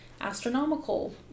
astronomical